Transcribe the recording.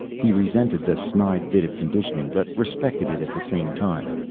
he resented the snide bit of conditioning, but respected it at the same time.